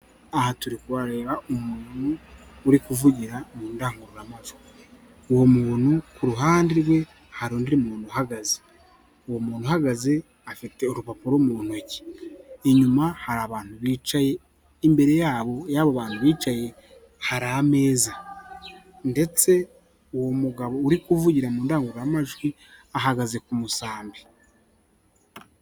Aha turi kuhareba umuntu uri kuvugira mu ndangururamajwi, uwo muntu ku ruhande rwe hari undi muntu uhagaze, uwo muntu uhagaze afite urupapuro mu ntoki, inyuma hari abantu bicaye, imbere yabo y'abo bantu bicaye hari ameza, ndetse uwo mugabo uri kuvugira mu ndangururamajwi ahagaze ku musambi.